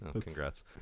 congrats